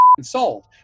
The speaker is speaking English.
sold